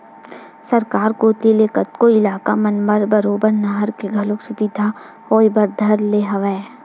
सरकार कोती ले कतको इलाका मन म बरोबर नहर के घलो सुबिधा होय बर धर ले हवय